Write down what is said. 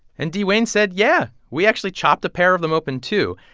and d'wayne said, yeah, we actually chopped a pair of them open too.